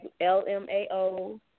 LMAO